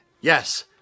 yes